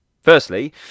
Firstly